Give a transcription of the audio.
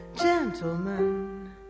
gentlemen